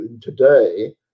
today